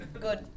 Good